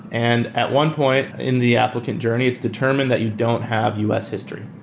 and at one point in the applicant journey, it's determined that you don't have us history.